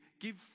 give